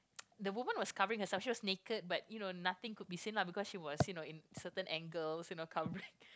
the woman was covering herself she was naked but you know nothing could be seen lah because she was you know in certain angles you know covering